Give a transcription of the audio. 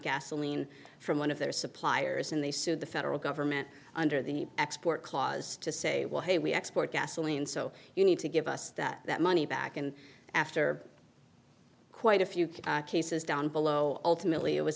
gasoline from one of their suppliers and they sued the federal government under the export clause to say well hey we export gasoline so you need to give us that money back and after quite a few cases down below ultimately it was